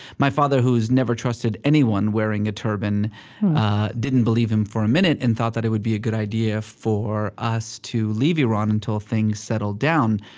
my father, who's never trusted anyone wearing a turban didn't believe him for a minute, and thought that it would be a good idea for us to leave iran until things settled down.